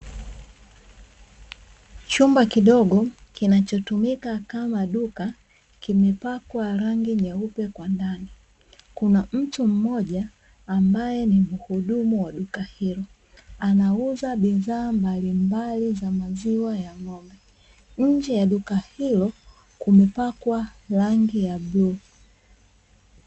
Chumba kidogo kinachotumika kama duka kimepakwa rangi nyeupe kwa ndani. Kuna mtu mmoja ambaye ni mhudumu wa duka hilo anauza bidhaa mbalimbali za maziwa ya ng'ombe. Nje ya duka hilo kumepakwa rangi ya bluu.